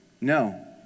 No